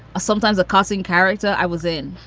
sometimes a casting character i was in.